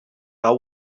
are